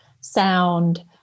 sound